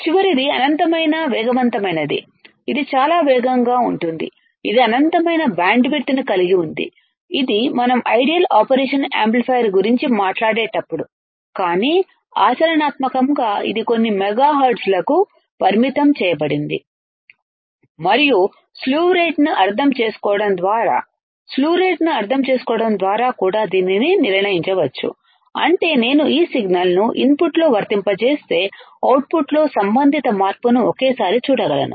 చివరిది అనంతమైన వేగవంతమైనది ఇది చాలా వేగంగా ఉంటుంది ఇది అనంతమైన బ్యాండ్విడ్త్ను కలిగి ఉంది ఇది మనం ఐడియల్ ఆపరేషన్ యాంప్లిఫైయర్ గురించి మాట్లాడేటప్పుడు కానీ ఆచరణాత్మకంగా ఇది కొన్ని మెగాహెర్ట్జ్లకు పరిమితం చేయబడింది మరియు స్లీవ్ రేటునుఅర్థం చేసుకోవడం ద్వారా స్లీవ్ రేట్ ను అర్థం చేసుకోవడం ద్వారా కూడా దీనిని నిర్ణయించవచ్చు అంటే నేను ఈ సిగ్నల్ను ఇన్పుట్లో వర్తింపజేస్తే అవుట్పుట్లో సంబంధిత మార్పును ఒకేసారి చూడగలను